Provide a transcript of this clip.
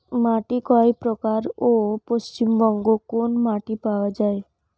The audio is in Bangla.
মাটি কয় প্রকার ও পশ্চিমবঙ্গ কোন মাটি পাওয়া য়ায়?